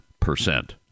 percent